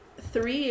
three